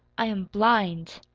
i am blind!